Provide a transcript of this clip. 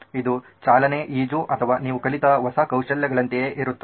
ಇದು ಚಾಲನೆ ಈಜು ಅಥವಾ ನೀವು ಕಲಿತ ಹೊಸ ಕೌಶಲ್ಯಗಳಂತೆಯೇ ಇರುತ್ತದೆ